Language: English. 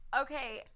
okay